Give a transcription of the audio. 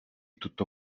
tutto